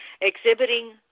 exhibiting